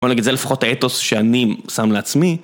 כלומר נגיד זה לפחות האתוס שאני שם לעצמי.